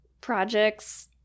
projects